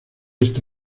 esta